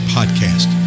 Podcast